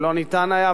לא היה אפשר,